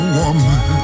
woman